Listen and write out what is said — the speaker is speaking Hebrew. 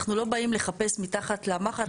אנחנו לא באים לחפש מתחת למחט,